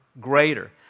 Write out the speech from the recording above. greater